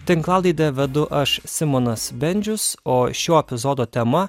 tinklalaidę vedu aš simonas bendžius o šio epizodo tema